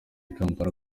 kampala